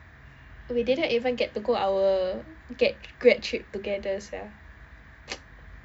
we didn't even get the go our get~ grad trip together sia